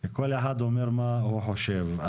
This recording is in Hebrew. וכל אחד אומר מה הוא חושב.